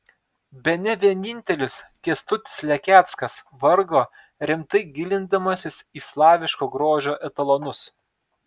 bene vienintelis kęstutis lekeckas vargo rimtai gilindamasis į slaviško grožio etalonus